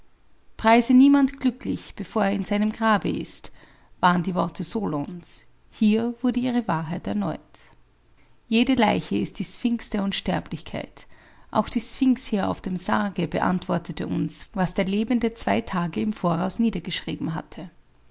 preise niemand glücklich bevor er in seinem grabe ist waren die worte solons hier wurde ihre wahrheit erneut jede leiche ist die sphinx der unsterblichkeit auch die sphinx hier auf dem sarge beantwortete uns was der lebende zwei tage im voraus niedergeschrieben hatte